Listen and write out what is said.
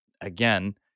again